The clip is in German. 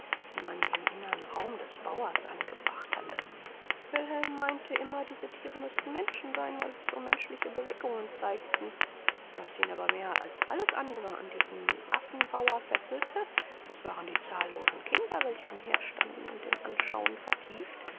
die man im innern raum des bauers angebracht hatte wilhelm meinte immer diese thiere müßten menschen sein weil sie so menschliche bewegungen zeigten was ihn aber mehr als alles andere an diesen affenbauer fesselte das waren die zahllosen kinder welche umherstanden und im anschauen vertieft